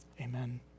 Amen